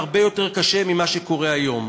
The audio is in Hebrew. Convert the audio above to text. הרבה יותר קשה ממה שקורה היום.